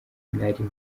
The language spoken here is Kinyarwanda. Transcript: nari